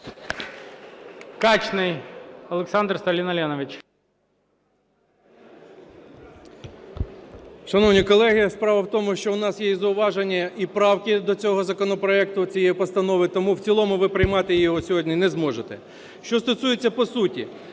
Шановні колеги, справа в тому, що у нас є зауваження і правки до цього законопроекту, цієї постанови. Тому в цілому ви приймати його сьогодні не зможете. Що стосується по суті.